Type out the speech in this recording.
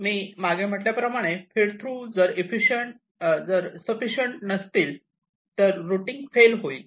मी मागे म्हटल्याप्रमाणे feed through जर शफीशीयंट नसतील तर रुटींग फेल होईल